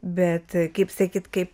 bet a kaip sakyt kaip